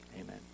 amen